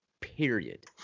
period